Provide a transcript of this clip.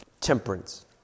temperance